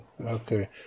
okay